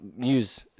use